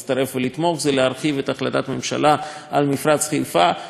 להרחיב את החלטת הממשלה על מפרץ חיפה ולהפוך